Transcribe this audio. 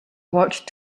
watched